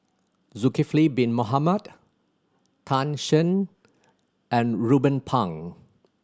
Zulkifli Bin Mohamed Tan Shen and Ruben Pang